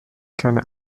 keine